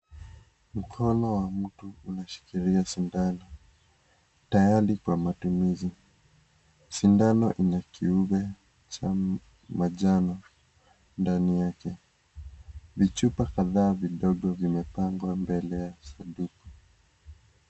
Mkono wa mtu unashikilia sindano tayari kwa matumizi. Sindano ina kidude cha manjano ndani yake. Vichupa kadhaa vidogo vimepangwa mbele ya sanduku.